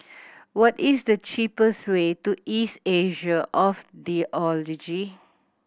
what is the cheapest way to East Asia of Theology